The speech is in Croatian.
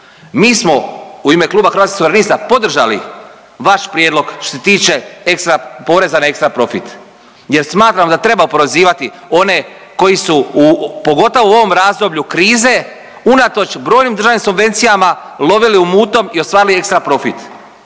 Mi smo u ime Kluba Hrvatskih suverenista podržali vaš prijedlog što se tiče ekstra, poreza na ekstra profit jer smatramo da treba oporezivati one koji su pogotovo u ovom razdoblju krize unatoč brojnim državnim subvencijama lovili u mutnom i ostvarili ekstra profit.